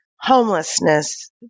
homelessness